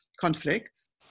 conflicts